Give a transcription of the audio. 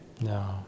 No